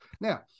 now